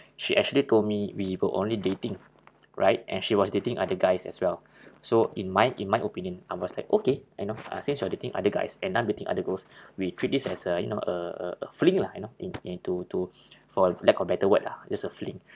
she actually told me we were only dating right and she was dating other guys as well so in my in my opinion I was like okay and uh since you are dating other guys and I'm dating other girls we treat this as a you know a a a fling lah you know and and to to for lack of better word lah just a fling